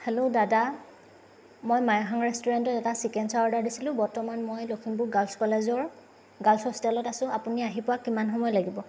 hello দাদা মই মাইহাঙৰ ৰেষ্টুৰেণ্টৰ এটা চিকেন চাও অৰ্ডাৰ দিছিলোঁ বৰ্তমান মই লখিমপুৰ গাৰ্লছ কলেজৰ গাৰ্লছ হোষ্টেলত আছো আপুনি আহি পোৱাত কিমান সময় লাগিব